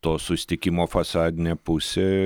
to susitikimo fasadinė pusė